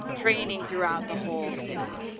training throughout the whole city.